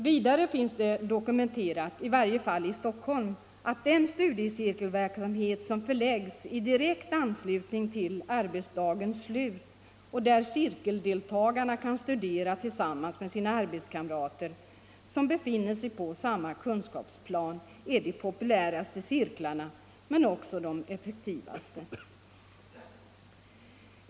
Vidare finns det dokumenterat i varje fall i Stockholm att den studiecirkelverksamhet som förläggs i direkt anslutning till arbetsdagens slut och där cirkeldeltagarna kan studera tillsammans med sina arbetskamrater som befinner sig på samma kunskapsplan är de populäraste cirklarna men också de effektivaste.